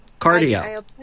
Cardio